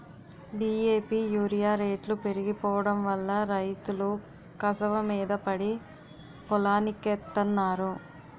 DAP urea రేట్లు పెరిగిపోడంవల్ల రైతులు కసవమీద పడి పొలానికెత్తన్నారు